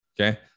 Okay